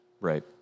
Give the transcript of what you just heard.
Right